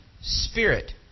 Spirit